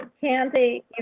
Candy